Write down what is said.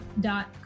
dot